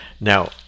Now